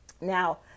now